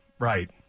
Right